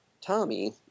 Tommy